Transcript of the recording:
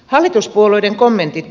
arvoisa puhemies